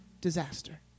disaster